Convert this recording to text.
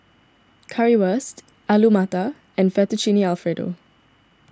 Currywurst Alu Matar and Fettuccine Alfredo